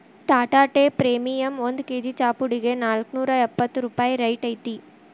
Tata tea premium ಒಂದ್ KG ಚಾಪುಡಿಗೆ ನಾಲ್ಕ್ನೂರಾ ಎಪ್ಪತ್ ರೂಪಾಯಿ ರೈಟ್ ಐತಿ